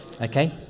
Okay